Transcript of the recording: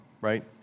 right